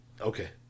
Okay